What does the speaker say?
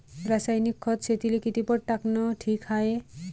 रासायनिक खत शेतीले किती पट टाकनं ठीक हाये?